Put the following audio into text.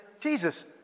Jesus